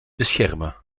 beschermen